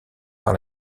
par